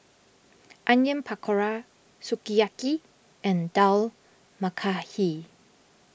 Onion Pakora Sukiyaki and Dal Makhani